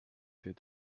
said